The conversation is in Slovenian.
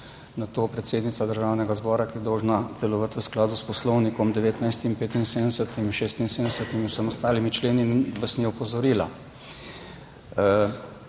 na to predsednica Državnega zbora, ki je dolžna delovati v skladu s Poslovnikom, 19., 75., 76., vsemi ostalimi členi, vas ni opozorila.